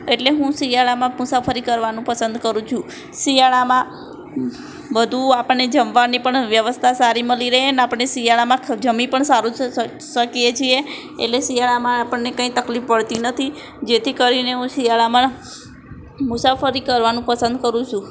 એટલે હું શિયાળામાં મુસાફરી કરવાનું પસંદ કરું છું શિયાળામાં વધુ આપણને જમવાની પણ વ્યવસ્થા સારી મળી રહે ને આપળે શિયાળામાં ખ જમી પણ સારું શકીએ છીએ એટલે શિયાળામાં આપણને કંઈ તકલીફ પડતી નથી જેથી કરીને હું શિયાળામાં મુસાફરી કરવાનું પસંદ કરું છું